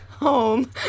home